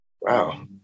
Wow